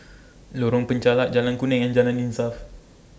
Lorong Penchalak Jalan Kuning and Jalan Insaf